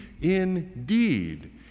indeed